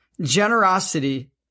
Generosity